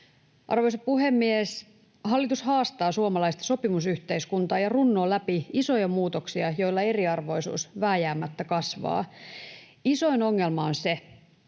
Arvoisa puhemies! Hallitus haastaa suomalaista sopimusyhteiskuntaa ja runnoo läpi isoja muutoksia, joilla eriarvoisuus vääjäämättä kasvaa. Isoin ongelma on se,